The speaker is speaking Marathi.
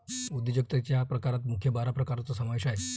उद्योजकतेच्या प्रकारात मुख्य बारा प्रकारांचा समावेश आहे